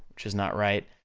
which is not right,